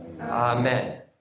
Amen